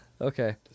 Okay